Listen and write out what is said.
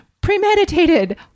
premeditated